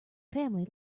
family